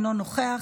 אינו נוכח,